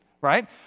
right